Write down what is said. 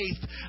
faith